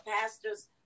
pastor's